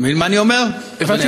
אתה מבין מה אני אומר, אדוני השר?